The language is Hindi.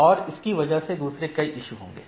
और इसकी वजह से दूसरे कई इशु होंगे